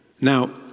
Now